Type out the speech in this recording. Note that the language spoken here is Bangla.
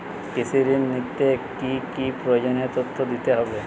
কৃষি ঋণ নিতে কি কি প্রয়োজনীয় তথ্য দিতে হবে?